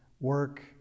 work